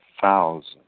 thousand